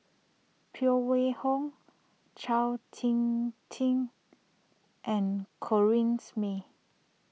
Phan Wait Hong Chao Tin Tin and Corrinne May